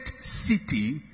city